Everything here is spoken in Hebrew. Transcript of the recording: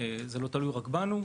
וזה לא תלוי רק בנו.